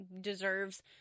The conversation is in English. deserves